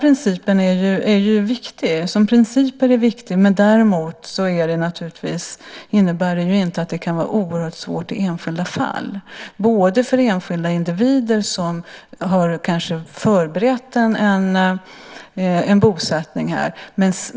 Principen är viktig, men däremot innebär den naturligtvis inte att det inte kan vara oerhört svårt i enskilda fall, till exempel för enskilda individer som har förberett en bosättning här.